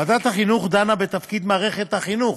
ועדת החינוך דנה בתפקיד מערכת החינוך